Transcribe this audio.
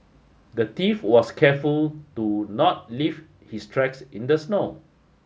the thief was careful to not leave his tracks in the snow